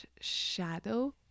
shadow